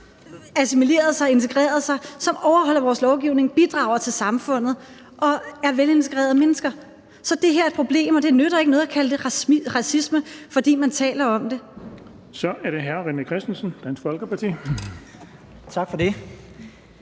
assimileret og integreret sig, som overholder vores lovgivning og bidrager til samfundet, og som er velintegrerede mennesker. Så det her er et problem, og det nytter ikke noget at kalde det racisme, fordi man taler om det. Kl. 17:49 Den fg. formand (Erling Bonnesen): Så er det